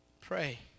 Pray